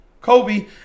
Kobe